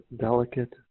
delicate